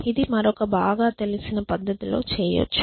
ఇది మరొక బాగా తెలిసిన పద్ధతిలో చేయవచ్చు